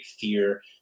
fear